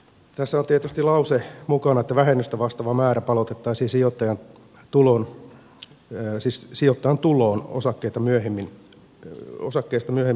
tässä on tietysti mukana lause vähennystä vastaava määrä palautettaisiin sijoittajan tuloon osakkeita myöhemmin luovutettaessa